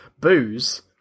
booze